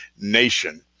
nation